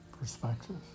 perspective